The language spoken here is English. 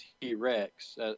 T-Rex